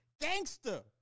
Gangster